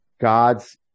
God's